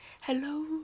Hello